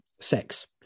sex